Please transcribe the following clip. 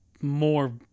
more